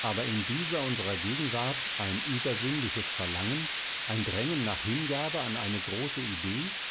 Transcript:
aber in dieser unserer gegenwart ein übersinnliches verlangen ein drängen nach hingabe an eine große idee